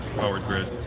powered grid? oh,